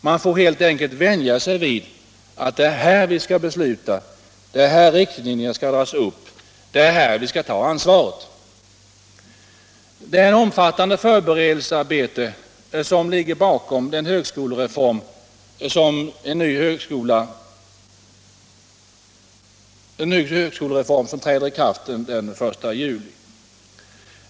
Man får helt enkelt vänja sig vid att det är här vi skall besluta, det är här riktlinjer skall dras upp och det är här vi skall ta ansvaret. Det är ett omfattande förberedelsearbete som ligger bakom den högskolereform som träder i kraft den 1 juli.